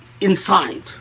inside